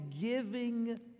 giving